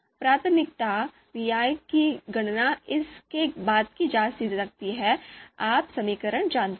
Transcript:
प्राथमिकता पीआई की गणना इस के बाद की जा सकती है कि आप समीकरण जानते हैं